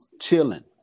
chilling